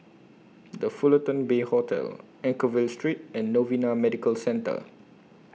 The Fullerton Bay Hotel Anchorvale Street and Novena Medical Centre